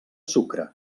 sucre